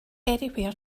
anywhere